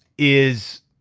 is